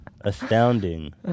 Astounding